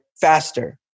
Faster